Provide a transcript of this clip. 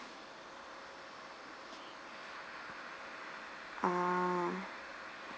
ah